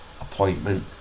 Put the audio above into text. appointment